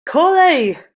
kolej